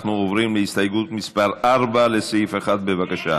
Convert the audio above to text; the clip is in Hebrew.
אנחנו עוברים להסתייגות מס' 4 ,לסעיף 1. בבקשה,